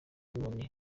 wundi